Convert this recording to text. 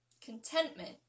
contentment